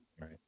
right